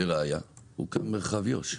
לראייה, מרחב יו"ש.